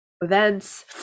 events